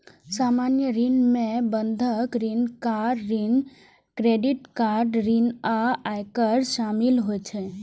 सामान्य ऋण मे बंधक ऋण, कार ऋण, क्रेडिट कार्ड ऋण आ आयकर शामिल होइ छै